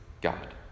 God